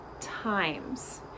times